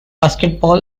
basketball